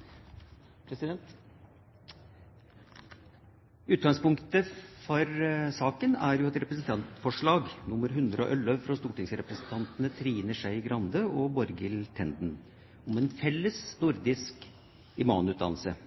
Representantforslag 111 S fra representantene Trine Skei Grande og Borghild Tenden om en fellesnordisk imamutdannelse –